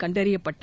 கண்டறியப்பட்டு